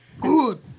Good